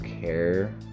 care